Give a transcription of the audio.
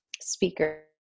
speaker